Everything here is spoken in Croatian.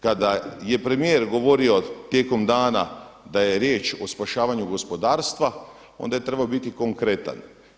Kada je premijer govorio tijekom dana da je riječ o spašavanju gospodarstva, onda je trebao biti konkretan.